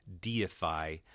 deify